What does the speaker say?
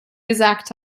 gesagt